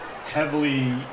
heavily